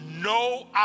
no